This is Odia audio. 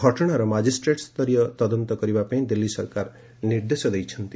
ଘଟଣାର ମାଜିଷ୍ଟ୍ରେଟ୍ ସ୍ତରୀୟ ତଦନ୍ତ କରିବା ପାଇଁ ଦିଲ୍ଲୀ ସରକାର ନିର୍ଦ୍ଦେଶ ଦେଇଛନ୍ତି